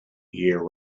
year